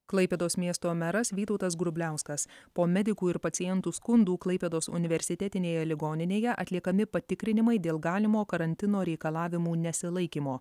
klaipėdos miesto meras vytautas grubliauskas po medikų ir pacientų skundų klaipėdos universitetinėje ligoninėje atliekami patikrinimai dėl galimo karantino reikalavimų nesilaikymo